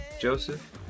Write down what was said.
Joseph